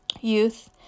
youth